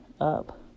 up